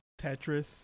Tetris